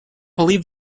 believe